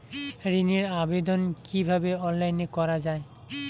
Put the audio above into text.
ঋনের আবেদন কিভাবে অনলাইনে করা যায়?